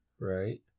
Right